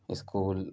school